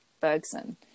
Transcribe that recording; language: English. Bergson